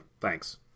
Thanks